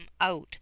out